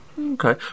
okay